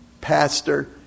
pastor